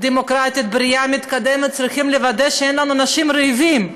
דמוקרטית בריאה ומתקדמת אנחנו גם צריכים לוודא שאין לנו אנשים רעבים,